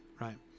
Right